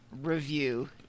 review